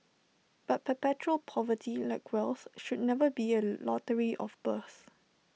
but perpetual poverty like wealth should never be A lottery of birth